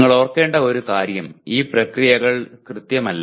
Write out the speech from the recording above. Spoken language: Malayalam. നിങ്ങൾ ഓർക്കേണ്ട ഒരു കാര്യം ഈ പ്രക്രിയകൾ കൃത്യമല്ല